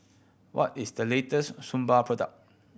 what is the latest Suu Balm product